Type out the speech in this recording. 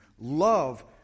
Love